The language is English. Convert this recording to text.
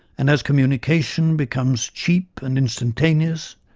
and as communication becomes cheap and instantaneous,